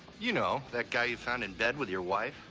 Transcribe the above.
you know, that guy you found in bed with your wife?